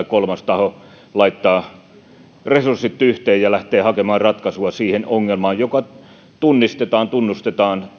kolmas taho laittavat resurssit yhteen ja lähtevät hakemaan ratkaisua siihen ongelmaan joka tunnistetaan tunnustetaan